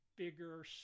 Bigger